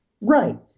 right